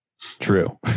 True